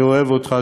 אני אוהב אותך,